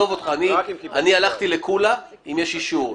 אני הלכתי לקולא אם יש אישור.